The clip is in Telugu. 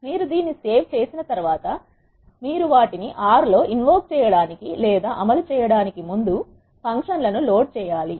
మీరు దీన్ని సేవ్ చేసిన తర్వాత మీరు వాటిని ఆర్ R లో ఇన్వోక్ చేయడానికి లేదా అమలు చేయడానికి ముందు ఫంక్షన్ లను లోడ్ చేయాలి